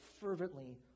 fervently